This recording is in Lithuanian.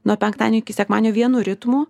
nuo penktadienio iki sekmadienio vienu ritmu